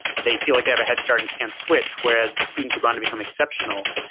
they feel like they have a head start and can't switch. whereas the students who go on to become exceptional,